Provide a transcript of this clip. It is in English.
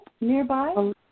nearby